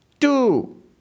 two